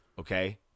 okay